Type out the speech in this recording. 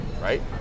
right